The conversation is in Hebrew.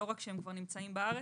לא רק שהם כבר נמצאים בארץ,